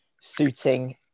suiting